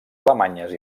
alemanyes